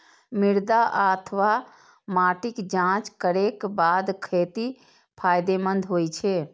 मृदा अथवा माटिक जांच करैक बाद खेती फायदेमंद होइ छै